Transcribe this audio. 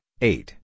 eight